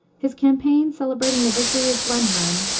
his campaign, celebrating the victory of blenheim,